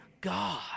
God